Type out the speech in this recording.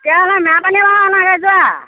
তেতিয়াহ'লে মেৰাপানীৰপৰা আনাগৈ যোৱা